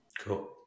Cool